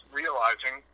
realizing